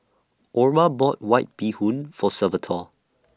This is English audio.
Orma bought White Bee Hoon For Salvatore